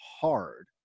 hard